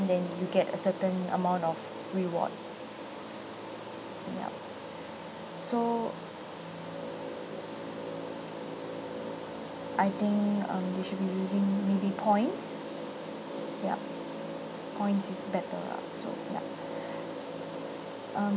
then you get a certain amount of reward yup so I think um they should be using maybe points yup point is better lah so yup um